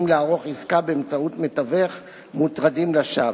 לערוך עסקה באמצעות מתווך מוטרדים לשווא.